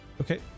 Okay